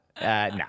no